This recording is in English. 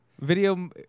Video